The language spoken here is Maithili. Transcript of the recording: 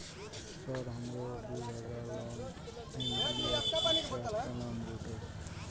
सर हमरो दूय हजार लोन एन.बी.एफ.सी से केना मिलते?